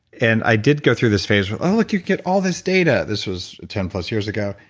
and i did go through this phase, oh, look. you get all this data. this was ten plus years ago,